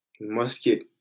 musket